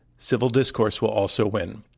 civil discourse will also win.